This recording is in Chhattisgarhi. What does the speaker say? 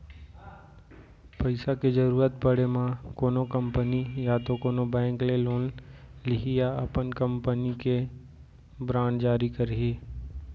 पइसा के जरुरत पड़े म कोनो कंपनी या तो कोनो बेंक ले लोन लिही या अपन कंपनी के बांड जारी करही